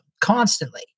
constantly